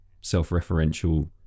self-referential